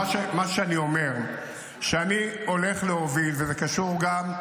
מה שאני אומר זה שאני הולך להוביל, וזה קשור גם,